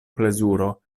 plezuro